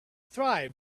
thrive